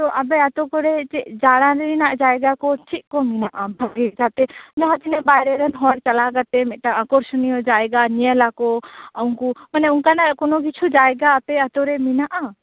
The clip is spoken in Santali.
ᱛᱚ ᱟᱯᱮ ᱟᱹᱛᱩᱠᱚᱨᱮ ᱪᱮᱫ ᱫᱟᱬᱟᱱ ᱨᱮᱱᱟᱜ ᱡᱟᱭᱜᱟ ᱠᱚ ᱪᱮᱫ ᱠᱚ ᱢᱮᱱᱟᱜᱼᱟ ᱵᱷᱟ ᱵᱤ ᱠᱟᱛᱮ ᱡᱟᱦᱟᱸᱛᱤᱱᱟ ᱜ ᱵᱟᱦᱨᱮ ᱨᱮᱱ ᱦᱚᱲ ᱪᱟᱞᱟᱣ ᱠᱟᱛᱮ ᱢᱤᱫᱴᱟᱝ ᱟᱠᱚᱨᱥᱚᱱᱤᱭᱚ ᱡᱟᱭᱜᱟ ᱧᱮᱞᱟᱠᱚ ᱩᱱᱠᱩ ᱢᱟᱱᱮ ᱚᱱᱠᱟᱱᱚᱜ ᱡᱟᱭᱜᱟ ᱠᱚᱱᱚ ᱠᱤᱪᱷᱩ ᱡᱟᱭᱜᱟ ᱟᱯᱮ ᱟᱹᱛᱩᱨᱮ ᱢᱮᱱᱟᱜᱼᱟ